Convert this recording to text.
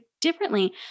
differently